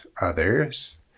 others